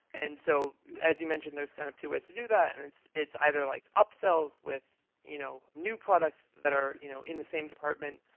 and so as you mentioned, there's kind of two ways to do that, and it's either like upsells with you know new products that are you know in the same department,